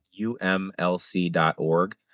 umlc.org